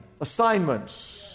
assignments